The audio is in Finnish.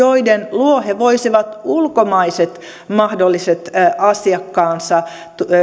löytäminen joiden luo he voisivat ulkomaiset mahdolliset asiakkaansa